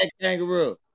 kangaroo